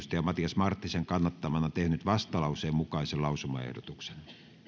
matias marttisen kannattamana tehnyt vastalauseen mukaisen lausumaehdotuksen